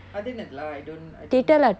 அது என்னது:athu ennathu lah I don't